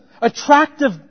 attractive